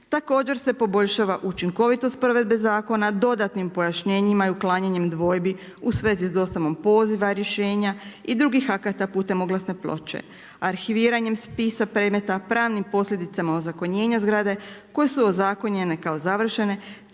Također se poboljšava učinkovitost provedbe zakona do dodatnim pojašnjenjima i uklanjanjem dvojbi u svezi s dostavom poziva rješenja i drugih akata putem oglasne ploče. Arhiviranjem spisa predmeta pravnim posljedicama ozakonjenja zgrade koje su ozakonjene kao završene,